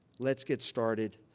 let's get started.